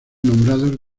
nombrados